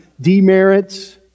demerits